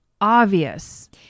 obvious